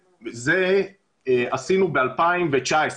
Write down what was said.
עשינו את זה ב-2019.